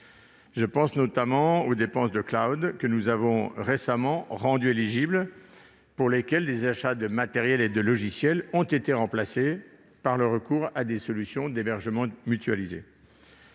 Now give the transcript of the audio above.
Je pense notamment aux dépenses de, que nous avons récemment rendu éligibles : les achats de matériel et de logiciels ont été remplacés par le recours à des solutions d'hébergement mutualisé.